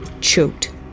choked